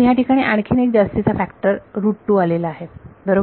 ह्या ठिकाणी आणखीन एक जास्तीचा फॅक्टर आलेला आहे बरोबर